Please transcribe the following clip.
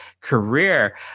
career